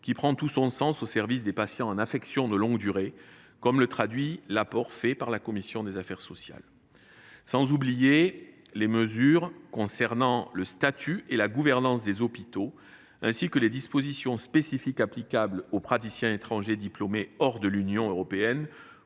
qui prend tout son sens au service des patients souffrant d’une affection de longue durée (ALD), comme le traduit l’apport de la commission des affaires sociales. Je pourrais citer aussi les mesures concernant le statut et la gouvernance des hôpitaux, ainsi que les dispositions spécifiques applicables aux praticiens à diplôme hors Union européenne